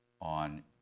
on